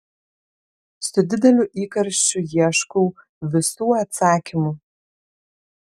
su dideliu įkarščiu ieškau visų atsakymų